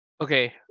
okay